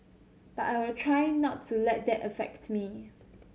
but I try not to let that affect me